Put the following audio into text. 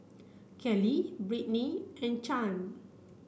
Kelli Brittny and Chaim